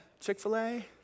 Chick-fil-A